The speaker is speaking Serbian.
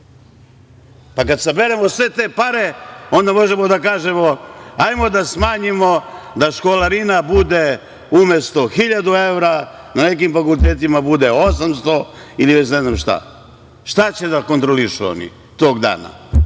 Kada saberemo sve te pare onda možemo da kažemo, hajmo da smanjimo da školarina bude umesto 1.000 evra, na nekim fakultetima bude 800 ili ne znam šta. Šta će da kontrolišu oni tog dana?